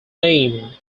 name